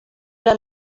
era